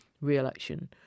re-election